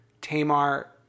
Tamar